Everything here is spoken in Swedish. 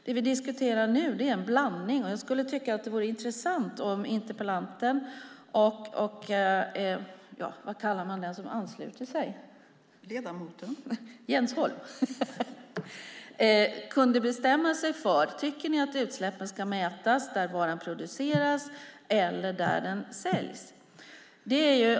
Det vi diskuterar nu är en blandning. Jag skulle tycka att det vore intressant om interpellanten och Jens Holm kunde bestämma sig för om ni tycker att utsläppen ska mätas där varan produceras eller där den säljs.